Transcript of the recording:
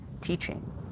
teaching